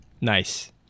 Nice